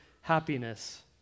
happiness